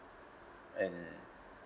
and